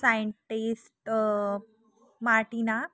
scientist martina